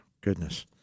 Goodness